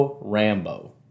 Rambo